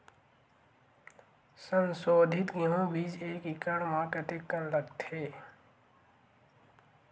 संसोधित गेहूं बीज एक एकड़ म कतेकन लगथे?